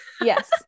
Yes